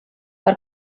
per